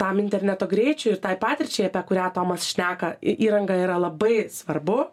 tam interneto greičiui ir tai patirčiai apie kurią tomas šneka į įranga yra labai svarbu